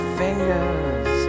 fingers